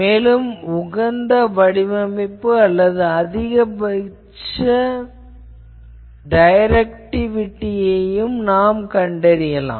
மேலும் உகந்த வடிவமைப்பு மற்றும் அதிகபட்ச டைரக்டிவிட்டியையும் கண்டறியலாம்